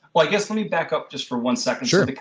like guess, let me back up just for one second sure,